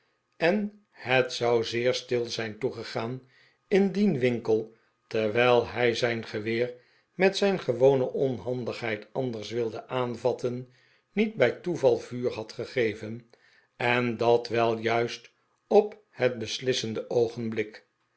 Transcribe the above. en het zou zeer stil zijn toegegaan indien winkle terwijl hij zijn geweer met zijn gewone onhandigheid anders wilde aanvatten niet bij toeval vuur had gegeven en dat wel juist op het beslissende oogenblik